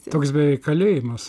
toks beveik kalėjimas